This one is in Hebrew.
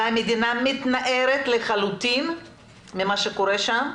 והמדינה מתנערת לחלוטין ממה שקורה שם.